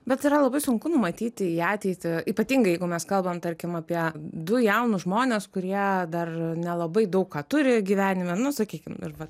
bet yra labai sunku numatyti į ateitį ypatingai jeigu mes kalbam tarkim apie du jaunus žmones kurie dar nelabai daug ką turi gyvenime nu sakykim ir va